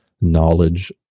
knowledge